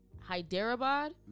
Hyderabad